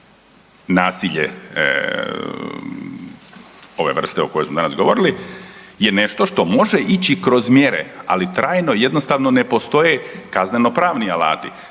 nasilje ove vrste o kojoj smo danas govorili je nešto što može ići kroz mjere, ali trajno jednostavno ne postoje kazneno pravni alati,